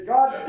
God